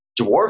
dwarf